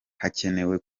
hakenewe